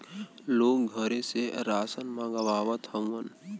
लोग घरे से रासन मंगवावत हउवन